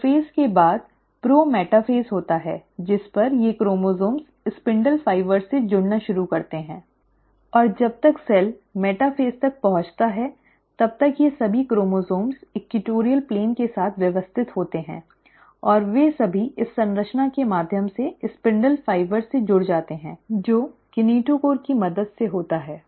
prophase के बाद prometaphase होता है जिस पर ये क्रोमोसोम्स स्पिंडल फाइबर से जुड़ना शुरू करते हैं और जब तक कोशिका मेटाफ़ेज़ तक पहुँचती है तब तक ये सभी क्रोमोसोम्स भूमध्यरेखा तल के साथ व्यवस्थित होते हैं और वे सभी इस संरचना के माध्यम से स्पिंडल फ़ाइबर से जुड़ जाते हैं जो किनेटोकोर की मदद से होता है